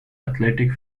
athletic